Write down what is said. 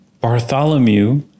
Bartholomew